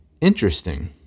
interesting